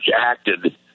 acted